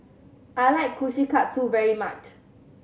I like Kushikatsu very much